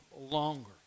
longer